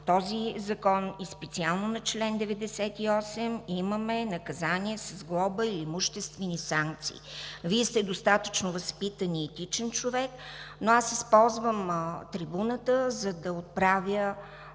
този закон, и специално на чл. 98, имаме наказание с глоба и имуществени санкции. Вие сте достатъчно възпитан и етичен човек, но аз използвам трибуната, за да отправя